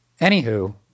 Anywho